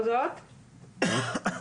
כמו שנאמר פה,